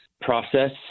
process